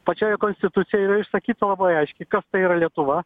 pačioje konstitucijoje yra išsakyta labai aiškiai kas tai yra lietuva